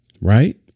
right